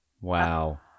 Wow